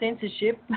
censorship